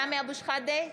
(קוראת בשמות חברי הכנסת) סמי אבו שחאדה,